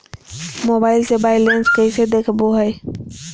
Mobile से balance कैसे देखाबो है?